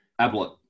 Ablett